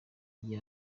iyi